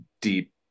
deep